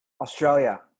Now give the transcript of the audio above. Australia